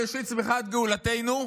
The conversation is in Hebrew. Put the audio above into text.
ראשית צמיחת גאולתנו.